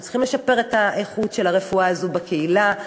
אנחנו צריכים לשפר את איכות הרפואה הזאת בקהילה,